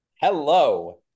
Hello